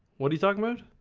what are you talking about?